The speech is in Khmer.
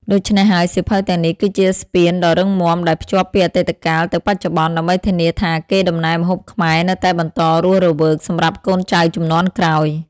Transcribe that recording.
ដូច្នេះហើយ សៀវភៅទាំងនេះគឺជាស្ពានដ៏រឹងមាំដែលភ្ជាប់ពីអតីតកាលទៅបច្ចុប្បន្ន ដើម្បីធានាថាកេរដំណែលម្ហូបខ្មែរនៅតែបន្តរស់រវើកសម្រាប់កូនចៅជំនាន់ក្រោយ។